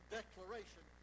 declaration